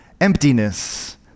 emptiness